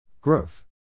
Growth